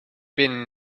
been